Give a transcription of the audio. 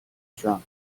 drunk